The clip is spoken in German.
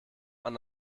man